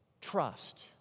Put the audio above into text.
trust